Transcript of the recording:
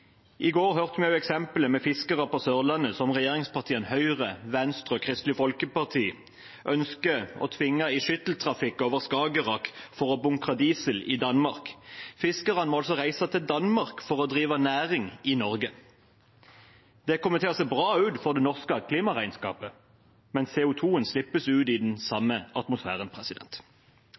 I går hørte vi også eksempelet med fiskere på Sørlandet som regjeringspartiene, Høyre, Venstre og Kristelig Folkeparti, ønsker å tvinge i skytteltrafikk over Skagerrak for å bunkre diesel i Danmark. Fiskerne må altså reise til Danmark for å drive næring i Norge. Det kommer til å se bra ut for det norske klimaregnskapet, men CO 2 -en slippes ut i den samme atmosfæren.